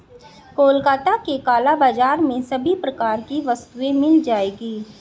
कोलकाता के काला बाजार में सभी प्रकार की वस्तुएं मिल जाएगी